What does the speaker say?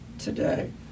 today